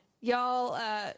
y'all